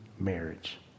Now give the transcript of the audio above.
marriage